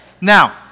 Now